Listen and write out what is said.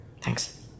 Thanks